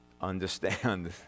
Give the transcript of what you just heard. Understand